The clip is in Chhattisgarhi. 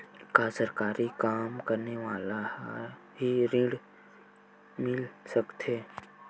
का सरकारी काम करने वाले ल हि ऋण मिल सकथे?